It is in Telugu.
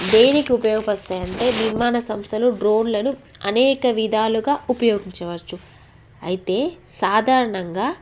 దేనికి ఉపయోగపరుస్తాయి అంటే నిర్మాణ సంస్థలు డ్రోన్లను అనేక విధాలుగా ఉపయోగించవచ్చు అయితే సాధారణంగా